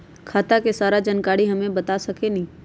खाता के सारा जानकारी हमे बता सकेनी?